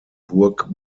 burg